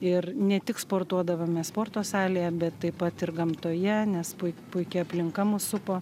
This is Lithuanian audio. ir ne tik sportuodavome sporto salėje bet taip pat ir gamtoje nes pui puiki aplinka mus supo